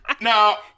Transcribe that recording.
now